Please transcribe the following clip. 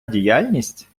діяльність